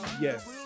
yes